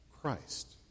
Christ